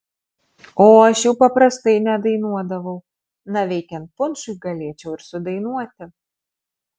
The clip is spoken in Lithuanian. o aš jų paprastai nedainuodavau na veikiant punšui galėčiau ir sudainuoti